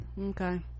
Okay